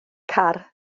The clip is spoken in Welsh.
car